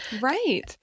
Right